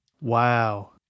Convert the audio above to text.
Wow